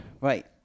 Right